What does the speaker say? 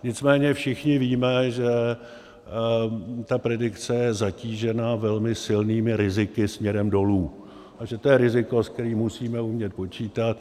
Nicméně všichni víme, že ta predikce je zatížená velmi silnými riziky směrem dolů a že to je riziko, s kterým musíme umět počítat.